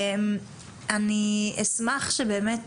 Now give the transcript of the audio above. אני אשמח שבאמת